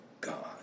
God